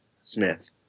Smith